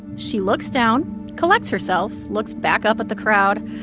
she looks down, collects herself, looks back up at the crowd.